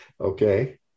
Okay